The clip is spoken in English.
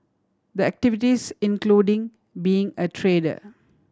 the activities including being a trader